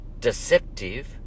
deceptive